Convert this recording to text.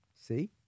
see